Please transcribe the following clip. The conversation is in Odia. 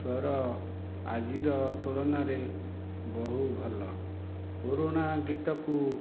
ସ୍ୱର ଆଜିର ତୁଳନାରେ ବହୁ ଭଲ ପୁରୁଣା ଗୀତକୁ